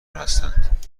هستند